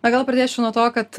na gal pradėčiau nuo to kad